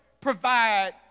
provide